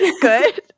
Good